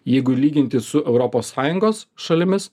jeigu lyginti su europos sąjungos šalimis